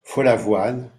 follavoine